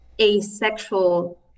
asexual